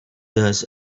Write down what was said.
does